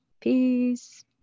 Peace